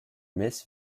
myths